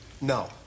No